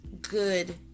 good